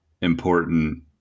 important